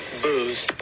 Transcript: booze